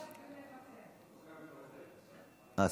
אה,